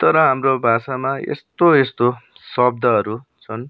तर हाम्रो भाषामा यस्तो यस्तो शब्दहरू छन्